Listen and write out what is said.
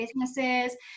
businesses